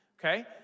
Okay